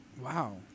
wow